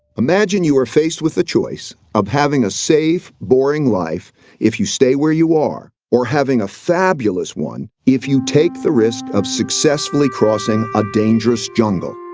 imagine you were faced with the choice of having a safe, boring life if you stay where you are, or having a fabulous one if you take the risk of successfully crossing a dangerous jungle.